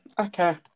Okay